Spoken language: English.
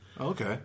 Okay